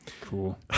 Cool